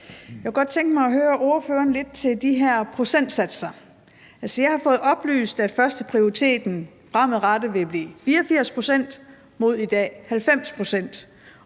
Jeg kunne godt tænke mig at høre ordføreren med hensyn til de her procentsatser. Jeg har fået oplyst, at førsteprioriteten fremadrettet vil blive 84 pct. mod i dag 90 pct.,